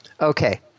Okay